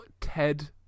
Ted